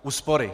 Úspory.